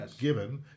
given